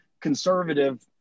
conservative